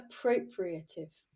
appropriative